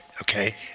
okay